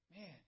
Man